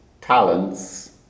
talents